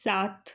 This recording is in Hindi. सात